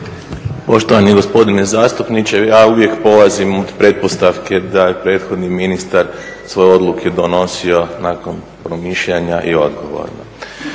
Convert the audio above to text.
poštovani gospodine zastupniče, ja uvijek polazim od pretpostavke da je prethodni ministar svoje odluke donosio nakon promišljanja i odgovorno.